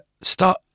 start